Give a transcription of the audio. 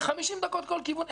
50 דקות כל כיוון.